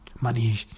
money